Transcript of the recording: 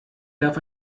darf